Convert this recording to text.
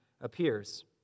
appears